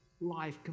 life